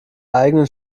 eigenen